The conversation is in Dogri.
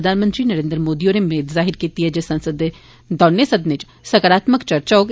प्रधानमंत्री मोदी होरें मेद जाहिर कीती ऐ जे संसद दे दौनें सदनें इच सकारात्मक चर्चा होग